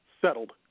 settled